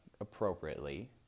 appropriately